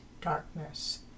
darkness